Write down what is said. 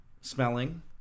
smelling